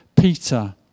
Peter